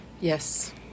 yes